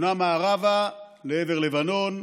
בונה מערבה לעבר לבנון,